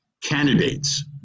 candidates